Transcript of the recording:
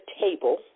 table